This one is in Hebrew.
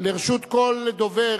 לרשות כל דובר,